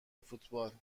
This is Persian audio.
فوتبال